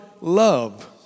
love